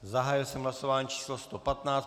Zahájil jsem hlasování číslo 115.